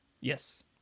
yes